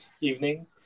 evening